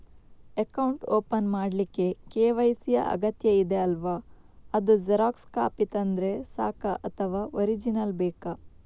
Account open ಮಾಡ್ಲಿಕ್ಕೆ KYC ಯಾ ಅಗತ್ಯ ಇದೆ ಅಲ್ವ ಅದು ಜೆರಾಕ್ಸ್ ಕಾಪಿ ತಂದ್ರೆ ಸಾಕ ಅಥವಾ ಒರಿಜಿನಲ್ ಬೇಕಾ?